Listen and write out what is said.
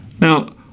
Now